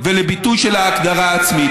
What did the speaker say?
ולביטוי של ההגדרה העצמית.